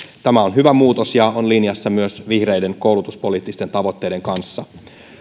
tämä on hyvä muutos ja on linjassa myös vihreiden koulutuspoliittisten tavoitteiden kanssa